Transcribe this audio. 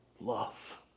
love